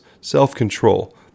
self-control